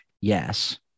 yes